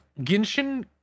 genshin